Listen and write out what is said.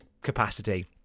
capacity